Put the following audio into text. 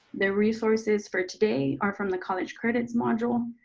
the resources for today are from the college credits module.